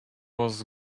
was